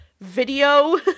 video